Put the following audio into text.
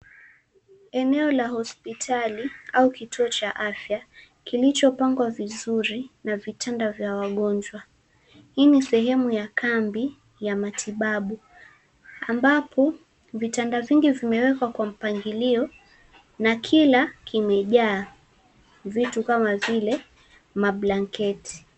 Eneo la hospitali au kituo cha afya kilichopangwa vizuri na vitanda vya wagonjwa. Hii ni sehemu ya kambi ya matibabu ambapo vitanda vingi vimewekwa kwa mpangilio na kila kimejaa vitu kama vile mablanketi.